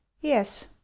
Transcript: Yes